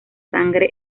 sangre